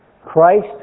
Christ